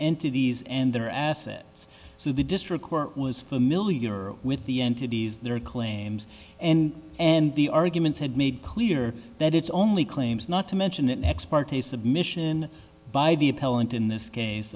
entities and their assets so the district court was familiar with the entities their claims and and the arguments had made clear that it's only claims not to mention an ex parte submission by the appellant in this case